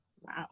Wow